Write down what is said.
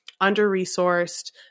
under-resourced